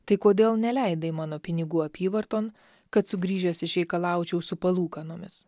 tai kodėl neleidai mano pinigų apyvarton kad sugrįžęs išreikalaučiau su palūkanomis